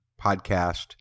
podcast